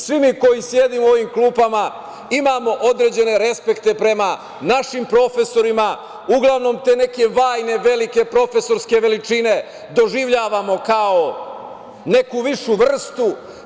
Svi mi koji sedimo u ovim klupama imamo određene respekte prema našim profesorima, uglavnom te neke vajne, velike profesorske veličine doživljavamo kao neku višu vrstu.